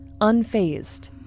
unfazed